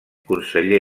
conseller